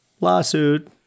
lawsuit